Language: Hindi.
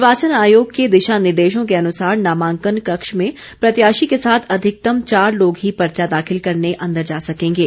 निर्वाचन आयोग के दिशा निर्देशों के अनुसार नामांकन कक्ष में प्रत्याशी के साथ अधिकतम चार लोग ही पर्चा दाखिल करने अंदर जा सकेंगे